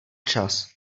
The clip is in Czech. čas